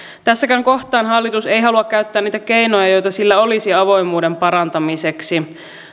tässäkään kohtaa hallitus ei halua käyttää niitä keinoja joita sillä olisi avoimuuden parantamiseksi